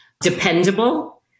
dependable